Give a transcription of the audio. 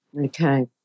Okay